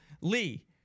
Lee